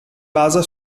basa